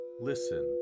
listen